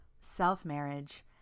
self-marriage